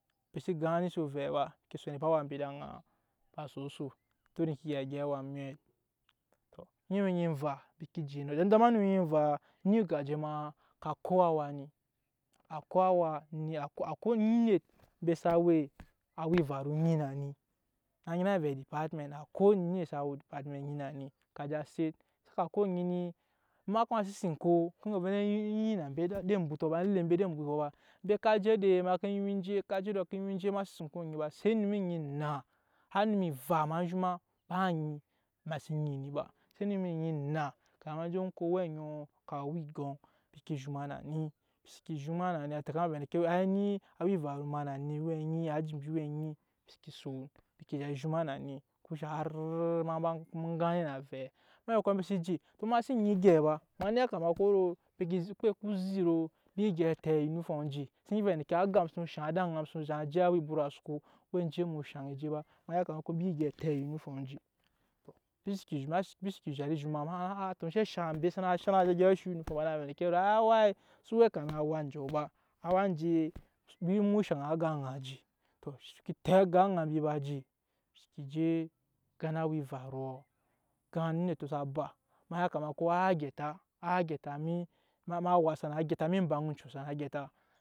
Embi xse gani se osu ovɛɛ ba embi son eba ed'aŋa ba soso tot eŋke egya gyɛp awa mwɛt onum onyi emva mbi ke je enɔ dama dama onum onum onyi emvaa eni ogaje ma ka ko awa ni akwai onet embe sa we awa evaru enyi na ni á naa nyina vɛɛ department akwai onet sa we department awa anyi na ni ka je á set ka ko onyi ema kuma xsen si ko ka yik eyik na mbe ed'embutɔ embe ka je edei ma ke yum en je ka je edɔ ma ke yum e je se onum onyi enna har enum eva ma zhoma ba anyi ma xsen nyi ni ba se onum onyi enna kamin ma je ko owɛ oŋɔ ka we owɛ odyɔŋ mbi ke zhoma na ni mbi seke zhoma na ni a tɛka ma vɛɛ eni awa evaru ma ni á we awa nyi aji mbi we anyi mbi seke son en zhoma na ni eŋko shaŋ har ma ba gani na avɛɛ amɛkɔ mbi sen je tɔ ema xsen nyi egyɛi ba ma ni ya kama ko mbi nɛ xsen nyi vɛɛ aŋga mu sono shaŋ ed'aŋa mu sono ko shaŋ je awa ebut asu ko enje mu shaŋ o je ba ma ya kama ko embi gyɛp taŋ eyinifom enje awai sana we kama awa anjɔ ba awa anje mu woo shaŋ aŋga aŋa je tɔ embe ke tɛ aŋga aŋa je embi seke je gan awa evaruɔ gan onetɔ sa ba ma ya kama ko a gyeta a gyeta em'awa sana gyeta em'ebaŋ oncu sana gyeta.